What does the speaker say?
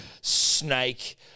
snake